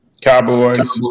Cowboys